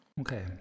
Okay